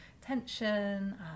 tension